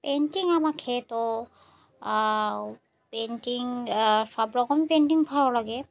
painting আমার তো painting সব রকম পেন্টিং ভালো লাগে